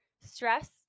stress